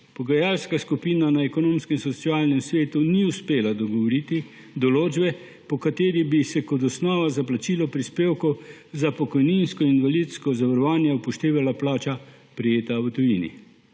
Pogajalska skupina na Ekonomsko-socialnem svetu ni uspela dogovoriti določbe, po kateri bi se kot osnova za plačilo prispevkov za pokojninsko in invalidsko zavarovanje upoštevala plača, prejeta v tujini.